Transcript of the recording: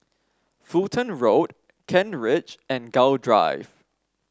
Fulton Road Kent Ridge and Gul Drive